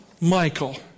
Michael